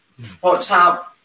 WhatsApp